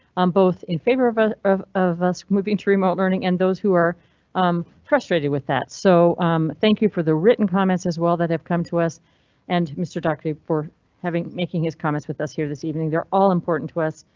um both in favor of ah of moving to remote learning and those who are um frustrated with that. so thank you for the written comments as well that have come to us and mr. doctor for having making his comments with us here this evening. they are all important to us.